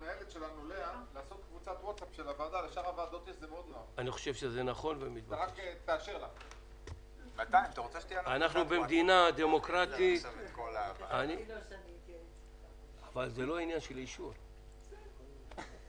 הישיבה ננעלה בשעה 10:50.